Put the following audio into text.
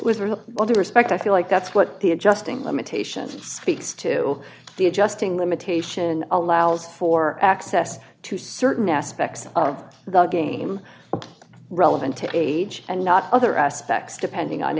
really all due respect i feel like that's what the adjusting limitations speaks to the adjusting limitation allows for access to certain aspects of the game relevant to age and not other aspects depending on